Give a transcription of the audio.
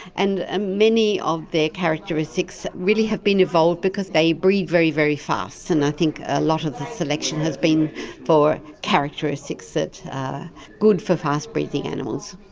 and ah many of their characteristics really have been evolved because they breed very, very fast, and i think a lot of the selection has been for characteristics that are good for fast breeding animals.